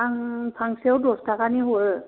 आं फांसेआव दस थाखानि हरो